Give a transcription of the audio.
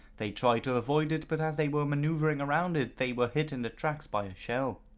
they tried to avoid it but, as they were manoeuvring around it they were hit in the tracks by a shell.